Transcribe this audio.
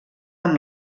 amb